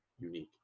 unique